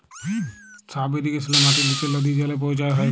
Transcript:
sub ইরিগেশলে মাটির লিচে লদী জলে পৌঁছাল হ্যয়